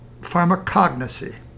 pharmacognosy